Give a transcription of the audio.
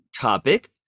topic